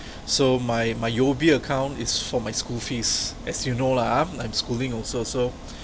so my my U_O_B account is for my school fees as you know lah ah I'm schooling also so